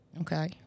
okay